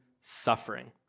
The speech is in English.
suffering